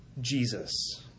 Jesus